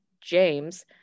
James